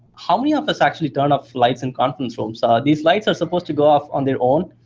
how many of us actually turn off lights in conference rooms? ah these lights are supposed to go off on their own,